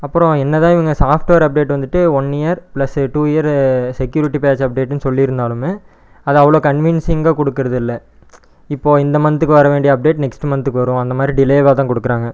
அப்புறம் என்ன தான் இவங்க சாஃப்ட்வேர் அப்டேட் வந்துவிட்டு one year plus two year security patch அப்டேட்டுன்னு சொல்லிருந்தாலுமே அது அவ்வளோ கன்வின்சிங்காக கொடுக்குறதில்ல இப்போ இந்த மன்த்துக்கு வர வேண்டிய அப்டேட் நெக்ஸ்ட்டு மன்த்துக்கு வரும் அந்த மாதிரி டிலேவாக தான் கொடுக்குறாங்க